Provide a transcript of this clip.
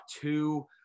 two